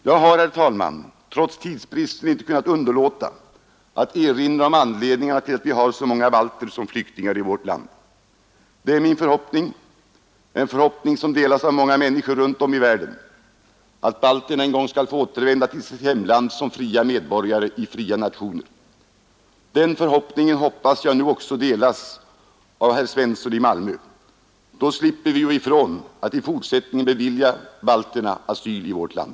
Jag har, herr talman, trots tidsbristen inte kunna underlåta att erinra om anledningen till att vi har så många balter som flyktingar i vårt land. Det är min förhoppning — en förhoppning som delas av många människor runt om i världen — att balterna en gång skall kunna åtvända till sin hembygd som fria medborgare i fria nationer. Den förhoppningen hoppas jag nu också delas av herr Svensson i Malmö. Då slipper han ju ifrån att vi i fortsättningen beviljar balterna asyl i vårt land.